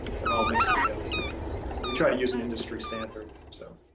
they're all mixing together, but we try to use an industry standard. so